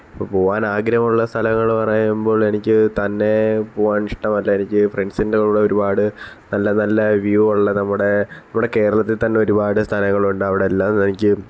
ഇപ്പം പോകാനാഗ്രഹമുള്ള സ്ഥലങ്ങൾ പറയുമ്പം എനിക്ക് തന്നേ പോകാനിഷ്ടമല്ല എനിക്ക് ഫ്രണ്ട്സിൻ്റെ കൂടെ ഒരുപാട് നല്ല നല്ല വ്യൂ ഉള്ള നമ്മുടേ ഇവിടെ കേരളത്തിൽ തന്നെ ഒരുപാട് സ്ഥലങ്ങളുണ്ട് അവിടെയെല്ലാം എനിക്ക്